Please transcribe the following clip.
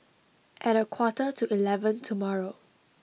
at a quarter to eleven tomorrow